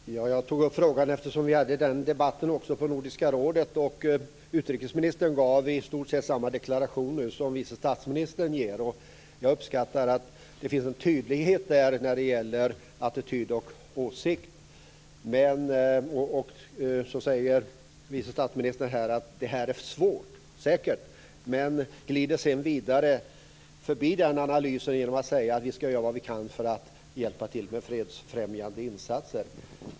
Fru talman! Jag tog upp frågan eftersom vi hade den här debatten också på Nordiska rådet. Utrikesministern gjorde i stort sett samma deklarationer som vice statsministern gör. Jag uppskattar att det finns en tydlighet när det gäller attityd och åsikt. Vice statsministern säger att det här är svårt. Det är det säkert. Sedan glider hon vidare förbi denna analys genom att säga att vi ska göra vad vi kan för att hjälpa till med fredsfrämjande insatser.